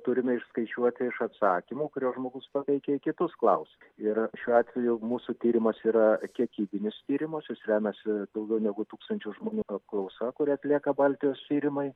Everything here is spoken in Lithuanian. turime išskaičiuoti iš atsakymų kuriuos žmogus pateikia į kitus klausk ir šiuo atveju mūsų tyrimas yra kiekybinis tyrimas jis remiasi daugiau negu tūkstančio žmonių apklausa kurią atlieka baltijos tyrimai